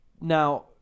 now